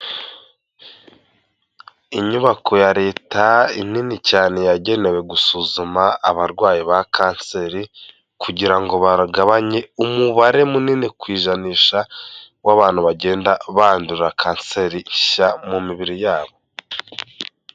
Inyubako ya leta inini cyane yagenewe gusuzuma abarwayi ba kanseri, kugira ngo bagabanye umubare munini ku ijanisha w'abantu bagenda bandura kanseri nshya mu mibiri yabo.